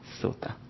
Sota